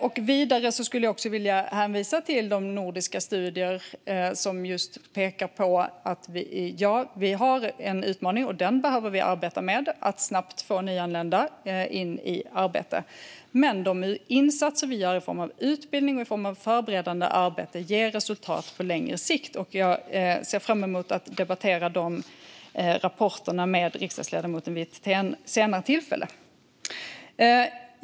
Jag skulle också vilja hänvisa till de nordiska studier som pekar på att vi visserligen har en utmaning som vi behöver arbeta med - att snabbt få nyanlända i arbete - men också på att de insatser vi gör i form av utbildning och förberedande arbete ger resultat på längre sikt. Jag ser fram emot att debattera de rapporterna med riksdagsledamoten vid ett senare tillfälle.